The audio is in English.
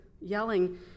yelling